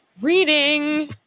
reading